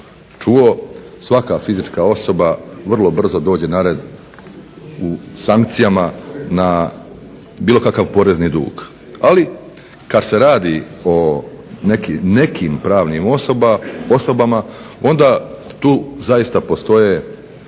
čuo. Svaka fizička osoba vrlo brzo dođe na red u sankcijama na bilo kakav porezni dug. Ali kada se radi o nekim pravnim osobama, onda tu zaista postoje